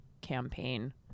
campaign